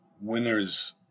winners